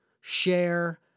share